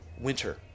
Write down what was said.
winter